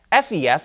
SES